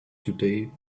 today